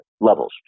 levels